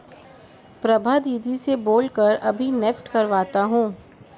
प्रभा दीदी से बोल कर अभी नेफ्ट करवाता हूं